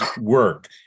work